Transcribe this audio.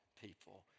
people